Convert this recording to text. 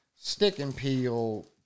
stick-and-peel